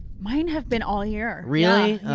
mine have been all year. really?